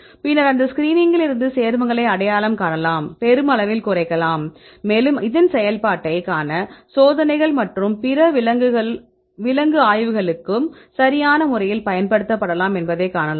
பின்னர் அந்த ஸ்கிரீனிங்கில் இருந்து சேர்மங்களை அடையாளம் காணலாம் பெருமளவில் குறைக்கலாம் மேலும் இதன் செயல்பாட்டைக் காண சோதனைகள் மற்றும் பிற விலங்கு ஆய்வுகளுக்கும் சரியான முறையில் பயன்படுத்தப்படலாம் என்பதைக் காணலாம்